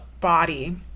body